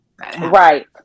Right